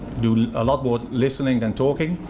do a lot more listening than talking.